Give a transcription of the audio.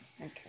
okay